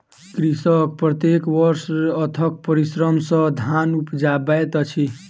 कृषक प्रत्येक वर्ष अथक परिश्रम सॅ धान उपजाबैत अछि